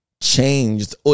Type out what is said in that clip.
Changed